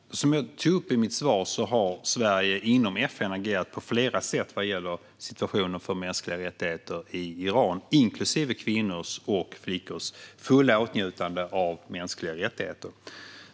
Herr talman! Som jag tog upp i mitt svar har Sverige inom FN agerat på flera sätt vad gäller situationen för mänskliga rättigheter i Iran, inklusive kvinnors och flickors fulla åtnjutande av mänskliga rättigheter.